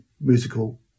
musical